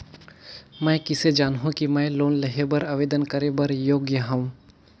मैं किसे जानहूं कि मैं लोन लेहे बर आवेदन करे बर योग्य हंव?